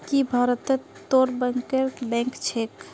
की भारतत तो बैंकरेर बैंक छेक